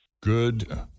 Good